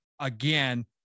again